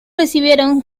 recibieron